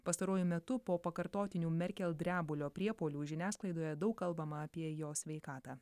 pastaruoju metu po pakartotinių merkel drebulio priepuolių žiniasklaidoje daug kalbama apie jos sveikatą